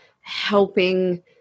helping